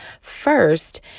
first